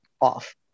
off